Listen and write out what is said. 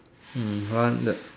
hmm one the